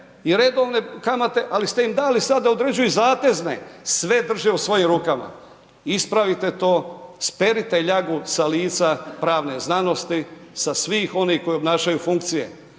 i redovne kamate ali ste im dali sada da određuju i zatezne, sve drže u svojim rukama. Ispravite to, sperite ljagu sa lica pravne znanosti, sa svih onih koji obnašaju funkcije,